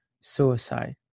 suicide